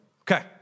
okay